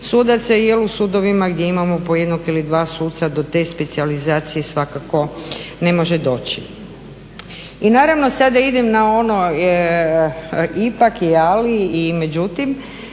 sudaca jel u sudovima gdje imamo po jednog ili dva suca do te specijalizacije svakako ne može doći. I naravno sada idem na ono ipak i ali i međutim,